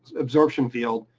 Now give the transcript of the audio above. absorption field?